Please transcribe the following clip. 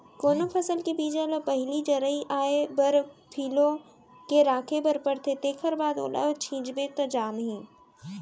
कोनो फसल के बीजा ल पहिली जरई आए बर फिलो के राखे बर परथे तेखर बाद ओला छिंचबे त जामही